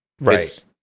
right